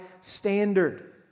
standard